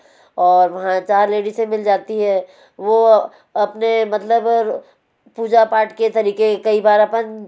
और वहाँ चार लेडीसे मिल जाती हैं वे अपने मतलब पूजा पाठ के तरीके कई बार अपन